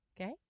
Okay